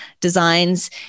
designs